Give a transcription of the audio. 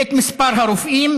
ואת מספר הרופאים,